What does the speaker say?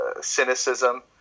cynicism